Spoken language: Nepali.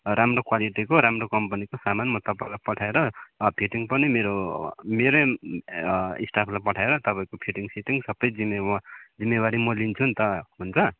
राम्रो क्वालिटीको राम्रो कम्पनीको सामान म तपाईँलाई पठाएर फिटिङ पनि मेरो मेरै स्टाफलाई पठाएर तपाईँको फिटिङ सिटिङ सबै जिम्मे जिम्मेवारी म लिन्छु नि त हुन्छ